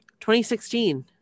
2016